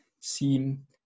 seem